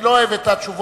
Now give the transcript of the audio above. אני לא אוהב את התשובות,